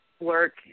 work